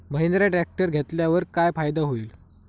Mahindra tractor घेतल्यावर काय फायदा होईल?